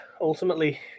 Ultimately